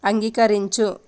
అంగీకరించు